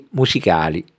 musicali